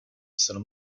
sono